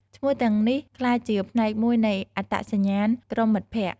ឈ្មោះទាំងនេះក្លាយជាផ្នែកមួយនៃអត្តសញ្ញាណក្រុមមិត្តភក្ដិ។